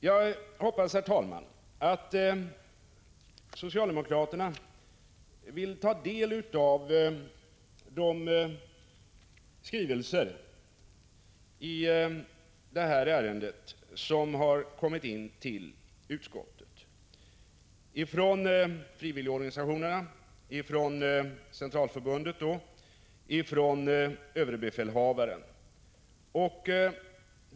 Jag hoppas, herr talman, att socialdemokraterna vill ta del av de skrivelser i detta ärende som har kommit in till utskottet från frivilligorganisationerna, från centralförbundet och från överbefälhavaren.